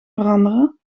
veranderen